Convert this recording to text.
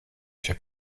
się